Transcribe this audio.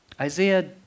Isaiah